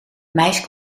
maïs